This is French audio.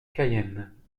cayenne